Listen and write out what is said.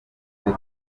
kuri